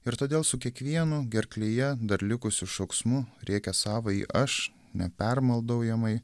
ir todėl su kiekvienu gerklėje dar likusiu šauksmu rėkia savąjį aš nepermaldaujamai